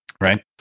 right